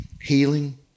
healing